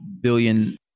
billion